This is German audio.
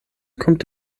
kommt